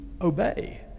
obey